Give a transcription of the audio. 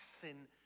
sin